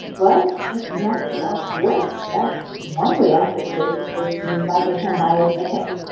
well, if nothing else works that's one way i could go to space. seems like i can buy a ticket.